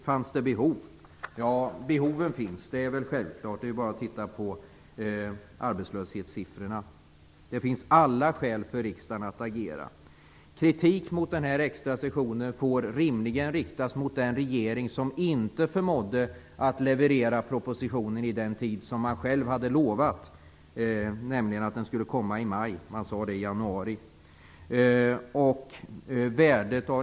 Fanns det behov av den? Att behoven finns är väl självklart. Det är bara att titta på arbetslöshetssiffrorna. Riksdagen har alla skäl att agera. Kritik mot den här extra sessionen får rimligen riktas mot den regering som inte förmådde att leverera propositionen inom den tid som man själv hade utlovat. Man sade i januari att den skulle komma i maj.